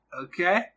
Okay